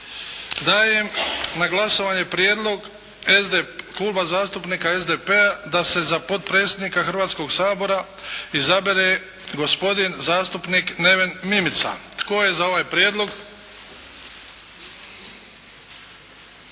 Dajem na glasovanje prijedlog Kluba zastupnika SDP-a da se za potpredsjednika Hrvatskoga sabora izabere gospodin zastupnik Neven Mimica. Tko je za ovaj prijedlog?